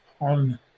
on